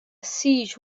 siege